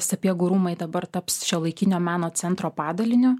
sapiegų rūmai dabar taps šiuolaikinio meno centro padaliniu